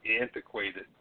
antiquated